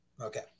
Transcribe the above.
Okay